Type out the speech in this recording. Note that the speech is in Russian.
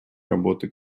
работы